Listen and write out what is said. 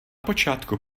počátku